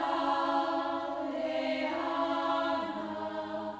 oh oh